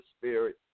spirit